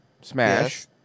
Smash